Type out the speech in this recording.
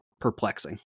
perplexing